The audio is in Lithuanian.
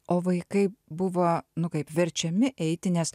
o vaikai buvo nu kaip verčiami eiti nes